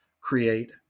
create